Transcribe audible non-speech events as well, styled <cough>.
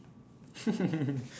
<laughs>